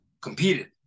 competed